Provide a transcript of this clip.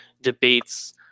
debates